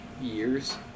years